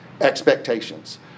expectations